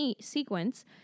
sequence